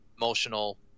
emotional